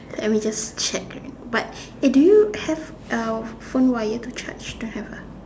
and we just didn't check but eh do you have uh phone wire to charge don't have ah